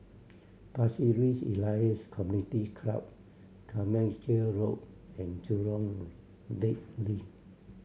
Pasir Ris Elias Community Club Carmichael Road and Jurong Lake Link